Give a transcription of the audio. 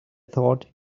thought